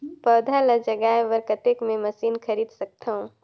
पौधा ल जगाय बर कतेक मे मशीन खरीद सकथव?